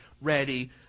ready